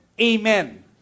Amen